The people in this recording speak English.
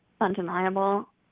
undeniable